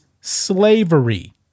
slavery